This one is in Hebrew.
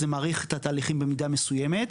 זה מאריך את התהליכים במידה מסוימת.